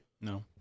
No